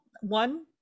one